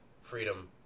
freedom